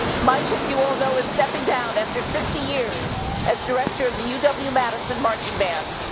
mike is you know is stepping down after fifty years as director of the you know but uw-madison marching band.